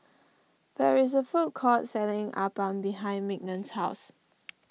there is a food court selling Appam behind Mignon's house